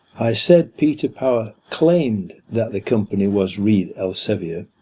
i said, peter power claimed that the company was reed elsevier,